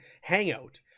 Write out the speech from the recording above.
hangout